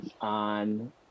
on